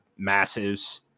Massives